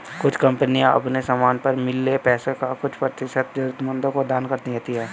कुछ कंपनियां अपने समान पर मिले पैसे का कुछ प्रतिशत जरूरतमंदों को दान कर देती हैं